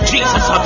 Jesus